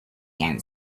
can